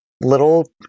little